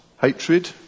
Hatred